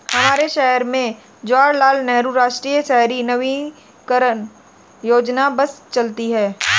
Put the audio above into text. हमारे शहर में जवाहर लाल नेहरू राष्ट्रीय शहरी नवीकरण योजना की बस चलती है